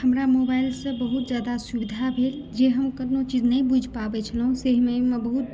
हमरा मोबाइल से बहुत जादा सुविधा भेल जे हम कोनो चीज नहि बुझि पाबै छलहुँ से एहिमे बहुत